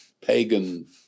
pagan